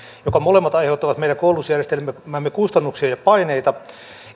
jotka molemmat aiheuttavat meidän koulutusjärjestelmäämme kustannuksia ja paineita